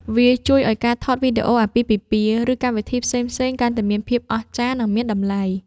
វាជួយឱ្យការថតវីដេអូអាពាហ៍ពិពាហ៍ ឬកម្មវិធីផ្សេងៗកាន់តែមានភាពអស្ចារ្យ និងមានតម្លៃ។